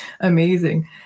amazing